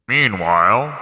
Meanwhile